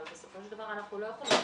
אבל בסופו של דבר אנחנו לא יכולים,